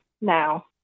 now